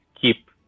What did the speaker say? keep